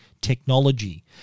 technology